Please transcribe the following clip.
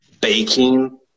baking